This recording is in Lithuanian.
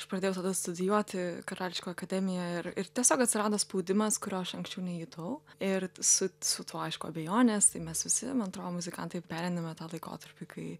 aš pradėjau tada studijuoti karališkoj akademijoj ir ir tiesiog atsirado spaudimas kurio aš anksčiau nejutau ir su su tuo aišku abejonės tai mes visi man atrodo muzikantai pereiname tą laikotarpį kai